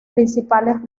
principales